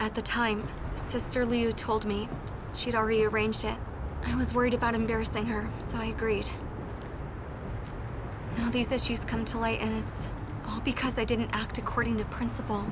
at the time sister lou told me she'd already arranged it i was worried about embarrassing her so i agreed to these issues come to light and it's because i didn't act according to principle